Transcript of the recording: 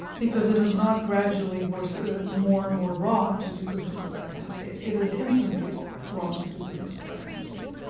because it is not gradually more so more and more wrong to do business that kind of state. it is instantly wrong to do business with that kind of state.